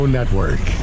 Network